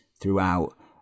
throughout